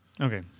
Okay